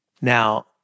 Now